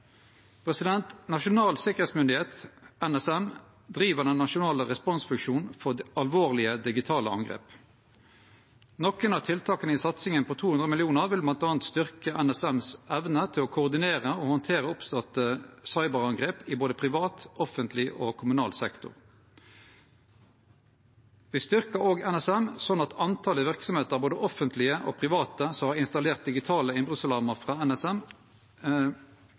Nasjonal sikkerheitsmyndigheit, NSM, driv nasjonal responsfunksjon for alvorlege digitale angrep. Nokre av tiltaka i satsinga på 200 mill. kr vil bl.a. styrkje NSMs evne til å koordinere og handtere oppståtte cyberangrep i både privat, offentleg og kommunal sektor. Me styrkjer òg NSM slik at talet på verksemder, både offentlege og private, som har installert digital innbrotsalarm frå NSM